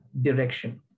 direction